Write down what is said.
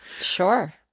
Sure